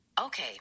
Okay